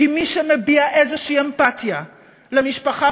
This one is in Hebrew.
כי מי שמביע איזושהי אמפתיה למשפחה